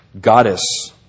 goddess